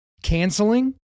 canceling